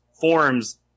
forms